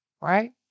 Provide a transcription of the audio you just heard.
Right